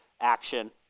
action